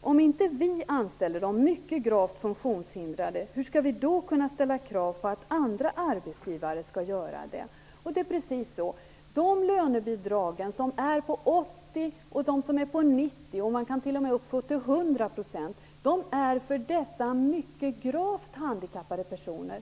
om inte de anställer de mycket gravt funktionshindrade hur skall de då kunna ställa krav på att andra arbetsgivare skall göra det. De lönebidrag som är på 80-90 %, och man kan t.o.m. få upp till 100 %, är till för dessa mycket gravt handikappade personer.